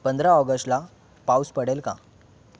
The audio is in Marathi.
पंधरा ऑगस्टला पाऊस पडेल का